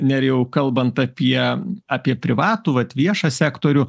nerijau kalbant apie apie privatų vat viešą sektorių